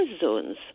zones